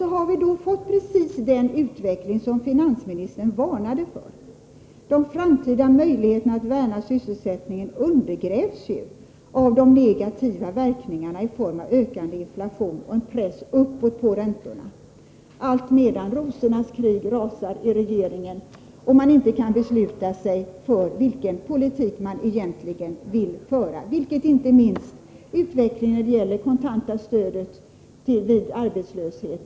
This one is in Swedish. Vi har fått precis den utveckling som finansministern varnade för. De framtida möjligheterna att värna sysselsättningen undergrävs ju av de negativa verkningarna i form av ökande inflation och en press uppåt på räntorna — allt medan rosornas krig rasar i regeringen och man inte kan besluta sig för vilken politik man egentligen vill föra. Detta visar inte minst utvecklingen när det gäller det kontanta stödet vid arbetslöshet.